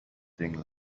thing